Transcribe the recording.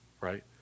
right